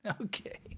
okay